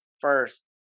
first